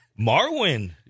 Marwin